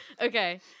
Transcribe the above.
Okay